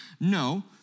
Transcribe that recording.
No